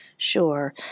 Sure